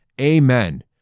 Amen